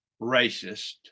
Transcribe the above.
racist